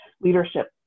leadership